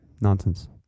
Nonsense